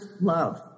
love